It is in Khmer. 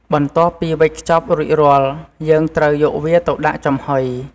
បន្ទាប់ពីវេចខ្ចប់រួចរាល់ យើងត្រូវយកវាទៅដាក់ចំហុយ។